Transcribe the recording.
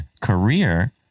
career